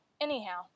anyhow